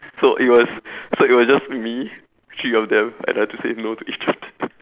so it was so it was just me three of them and I had to say no to each of them